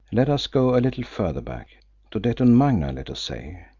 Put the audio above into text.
let us go a little further back to detton magna, let us say.